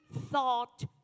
thought